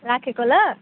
राखेको ल